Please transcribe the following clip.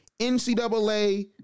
NCAA